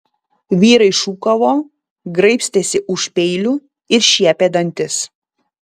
vyrai šūkavo graibstėsi už peilių ir šiepė dantis